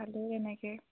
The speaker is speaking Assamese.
খালোঁ এনেকৈ